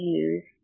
use